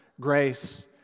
grace